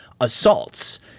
assaults